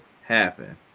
happen